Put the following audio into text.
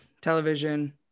television